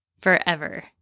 forever